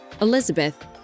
Elizabeth